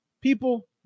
people